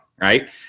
right